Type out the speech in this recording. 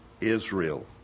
Israel